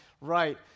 right